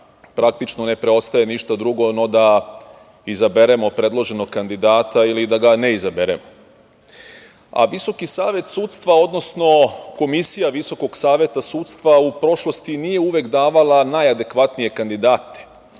praktično ne preostaje ništa drugo no da izaberemo predloženog kandidata ili da ga ne izaberemo. Visoki savet sudstva, odnosno Komisija VSS u prošlosti nije uvek davala najadekvatnije kandidate.